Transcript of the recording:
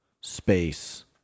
space